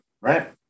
right